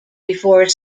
before